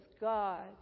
God